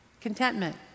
Contentment